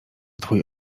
twój